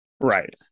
Right